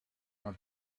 not